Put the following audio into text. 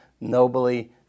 nobly